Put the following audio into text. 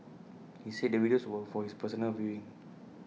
he said the videos were for his personal viewing